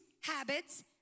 habits